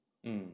mm